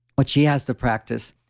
but she has to practice.